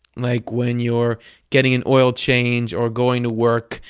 like when you're getting an oil change or going to work,